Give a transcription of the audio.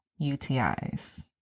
UTIs